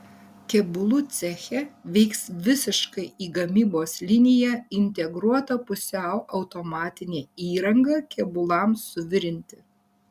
kėbulų ceche veiks visiškai į gamybos liniją integruota pusiau automatinė įranga kėbulams suvirinti